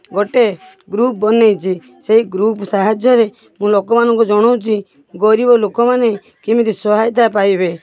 ଗୋଟେ ଗ୍ରୁପ୍ ବନାଇଛି ସେଇ ଗ୍ରୁପ୍ ସାହାଯ୍ୟରେ ମୁଁ ଲୋକମାନଙ୍କୁ ଜଣଉଛି ଗରିବ ଲୋକମାନେ କେମିତି ସହାୟତା ପାଇବେ